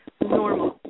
normal